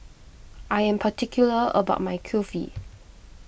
I am particular about my Kulfi